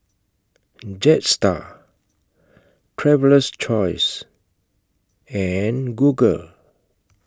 Jetstar Traveler's Choice and Google